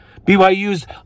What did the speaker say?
BYU's